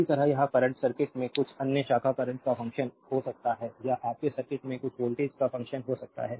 इसी तरह यह करंट सर्किट में कुछ अन्य शाखा करंट का फंक्शन हो सकता है या आपके सर्किट में कुछ वोल्टेज का फंक्शन हो सकता है